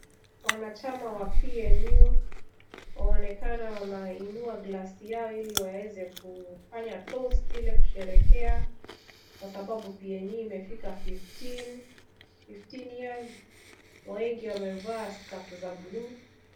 Wanachama wa [PNU] waonekana wanainua [glasi] yao ili waweze kufanya [toss] ili kusherehekea kwa sababu [PNU] imefika [15 years]. Wengi wamevaa [skafu] za bluu.